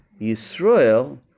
Yisrael